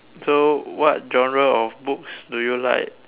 so what genre of books do you like